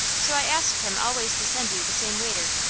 so i asked him always to send you the same waiter.